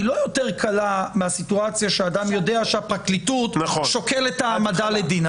היא לא יותר קלה מהסיטואציה שבה אדם יודע שהפרקליטות שוקלת העמדה לדין.